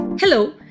Hello